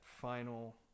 final